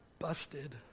Busted